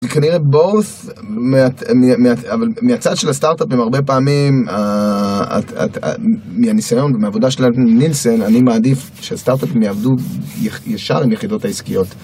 כנראה בעורף, אבל מהצד של הסטארט-אפים, הרבה פעמים, מהניסיון ומהעבודה של נילסן, אני מעדיף שהסטארט-אפים יעבדו ישר עם יחידות העסקיות.